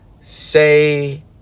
say